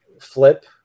flip